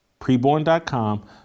Preborn.com